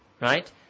Right